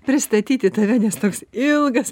pristatyti tave nes toks ilgas